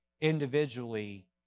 individually